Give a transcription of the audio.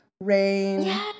Rain